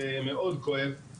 זה מאוד כואב,